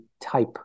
type